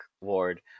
Ward